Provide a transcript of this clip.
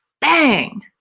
bang